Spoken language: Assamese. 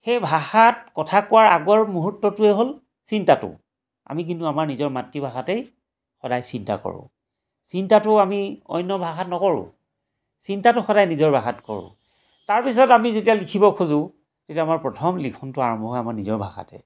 সেই ভাষাত কথা কোৱাৰ আগৰ মুহূৰ্তটোৱে হ'ল চিন্তাটো আমি কিন্তু আমাৰ নিজৰ মাতৃভাষাতেই সদায় চিন্তা কৰোঁ চিন্তাটো আমি অন্য ভাষাত নকৰোঁ চিন্তাটো সদায় নিজৰ ভাষাত কৰোঁ তাৰপিছত আমি যেতিয়া লিখিব খোজোঁ তেতিয়া আমাৰ প্ৰথম লিখনটো আৰম্ভ হয় আমাৰ নিজৰ ভাষাতে